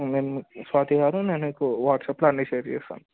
నేను మీకు స్వాతిగారు నేను మీకు వాట్సాప్లో అన్ని షేర్ చేసాను